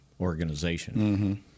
organization